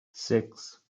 sechs